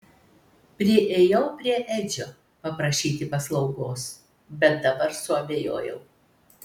priėjau prie edžio paprašyti paslaugos bet dabar suabejojau